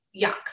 yuck